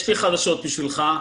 יש לי חדשות בשבילך: